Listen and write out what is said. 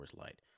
Light